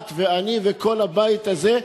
את ואני וכל הבית הזה,